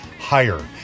higher